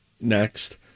Next